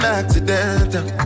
accidental